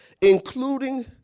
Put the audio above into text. including